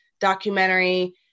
documentary